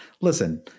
listen